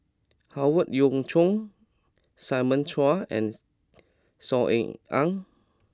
Howe Yoon Chong Simon Chua and Saw Ean Ang